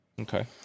Okay